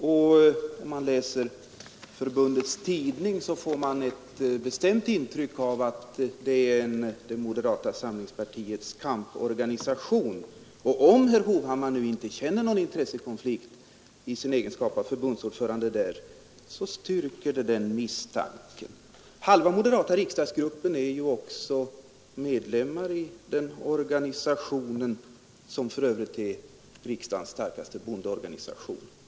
Om man läser förbundets tidning får man ett bestämt intryck av att förbundet är en moderata samlingspartiets kamporganisation. Om herr Hovhammar inte nu känner någon intressekonflikt i sin egenskap av förbundets ordförande styrker det den misstanken. Halva moderata riksdagsgruppen är också medlemmar i den organisationen, som för övrigt är riksdagens starkaste bondeorganisation.